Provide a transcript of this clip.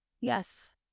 Yes